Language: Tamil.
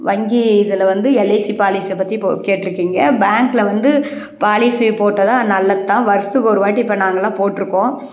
வங்கி இதில் வந்து எல்ஐசி பாலிசியைப் பற்றி இப்போது கேட்டிருக்கீங்க பேங்க்கில் வந்து பாலிசி போட்டால் தான் நல்லதுத்தான் வருஷத்துக்கு ஒருவாட்டி இப்போ நாங்களெல்லாம் போட்டிருக்கோம்